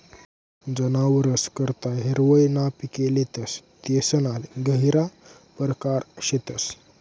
जनावरस करता हिरवय ना पिके लेतस तेसना गहिरा परकार शेतस